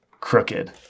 crooked